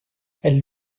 elle